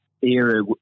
era